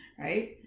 right